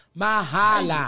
mahala